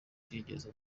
twigeze